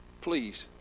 please